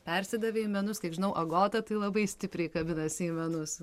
persidavė į menus kiek žinau agota tai labai stipriai kabinasi į menus